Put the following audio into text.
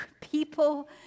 people